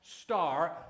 star